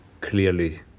clearly